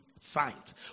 fight